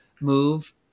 move